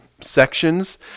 sections